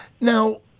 Now